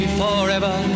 forever